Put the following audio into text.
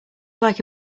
like